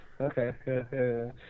okay